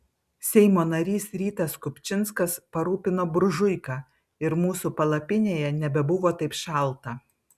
seimo narys rytas kupčinskas parūpino buržuiką ir mūsų palapinėje nebebuvo taip šalta